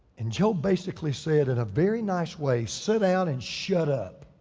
and job basically said in a very nice way, sit down and shut up.